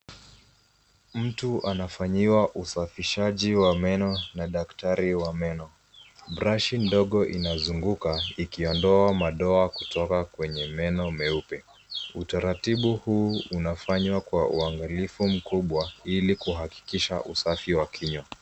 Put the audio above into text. Mtu anafanyiwa usafishaji wa meno na daktari wa meno. Brashi ndogo inazunguka ikiondoa madoa kutoka kwenye meno meupe. Utaratibu huu unafanywa kwa uangalifu mkubwa ili kuhakikisha usafi wa kinywa.